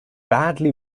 badly